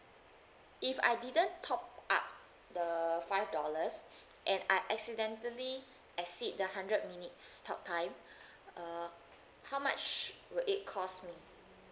if I didn't top up the five dollars and I accidentally exceed the hundred minutes talk time uh how much would it cost me